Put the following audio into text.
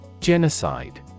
Genocide